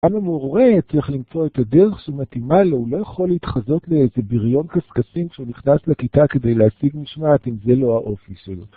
גם המורה צריך למצוא את הדרך שמתאימה לו, הוא לא יכול להתחזות לאיזה בריון קסקסים כשהוא נכנס לכיתה כדי להשיג משמעת אם זה לא האופי שלו.